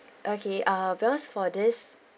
okay uh because for this